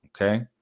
Okay